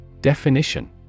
Definition